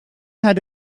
had